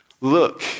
look